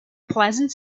pleasant